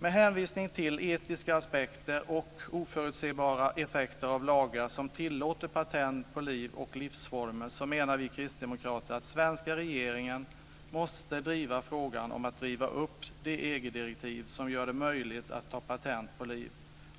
Med hänvisning till etiska aspekter och oförutsebara effekter av lagar som tillåter patent på liv och livsformer menar vi kristdemokrater att den svenska regeringen måste driva frågan om att riva upp det EG-direktiv som gör det möjligt att ta patent på liv